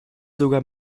sogar